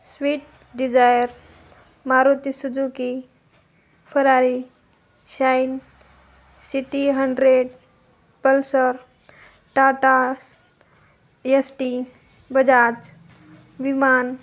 sweet Dzire Maruti Suzuki Ferrari Shine City hundred Pulsar Tata S T Bajaj विमान